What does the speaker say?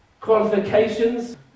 qualifications